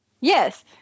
Yes